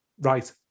right